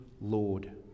Lord